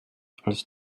als